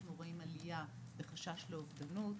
אנחנו רואים עלייה בחשש לאובדנות,